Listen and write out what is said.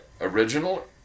Original